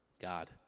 God